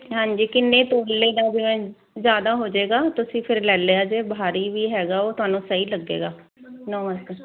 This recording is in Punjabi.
ਹਾਂਜੀ ਕਿੰਨੇ ਤੋਲੇ ਦਾ ਕਿਵੇਂ ਜਿਆਦਾ ਹੋ ਜਾਏਗਾ ਤੁਸੀਂ ਫਿਰ ਲੈ ਲਿਆ ਜੇ ਭਾਰੀ ਵੀ ਹੈਗਾ ਉਹ ਤੁਹਾਨੂੰ ਸਹੀ ਲੱਗੇਗਾ ਨਵਾਂ